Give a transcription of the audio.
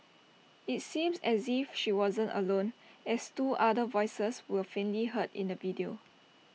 IT seems as if she wasn't alone as two other voices were faintly heard in the video